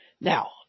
Now